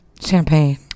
champagne